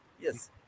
Yes